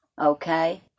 okay